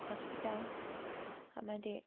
hospital ꯑꯃꯗꯤ